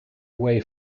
way